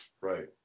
right